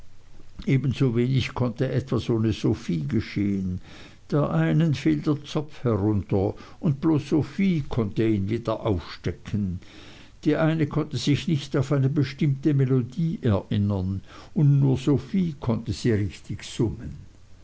ebensowenig konnte etwas ohne sophie geschehen der einen fiel der zopf herunter und bloß sophie konnte ihn wieder aufstecken die eine konnte sich nicht auf eine bestimmte melodie erinnern und nur sophie konnte sie richtig summen